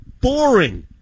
boring